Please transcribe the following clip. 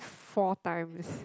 four times